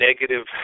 negative